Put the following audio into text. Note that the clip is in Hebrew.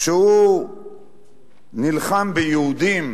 שהוא נלחם ביהודים,